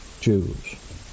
Jews